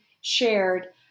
shared